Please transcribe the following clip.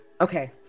okay